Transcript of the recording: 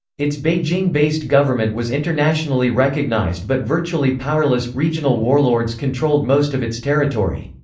its beijing-based government was internationally recognized but virtually powerless regional warlords controlled most of its territory.